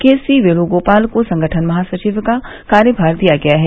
केसी वेणुगोपाल को संगठन महासचिव का कार्यभार दिया गया है